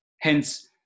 Hence